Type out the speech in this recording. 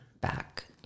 back